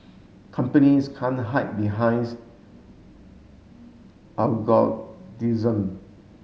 companies can't hide behinds